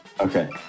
Okay